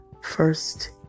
first